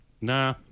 Nah